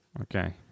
Okay